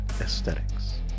Aesthetics